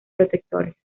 protectores